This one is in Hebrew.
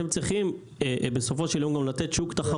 אתם צריכים בסופו של יום לתת גם שוק תחרותי.